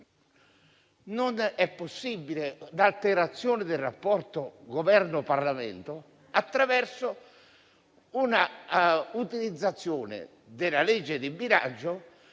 non è possibile l'alterazione del rapporto tra Governo e Parlamento attraverso l'utilizzo della legge di bilancio